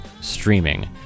streaming